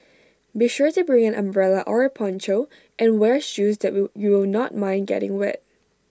be sure to bring an umbrella or A poncho and wear shoes that will you will not mind getting wet